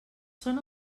són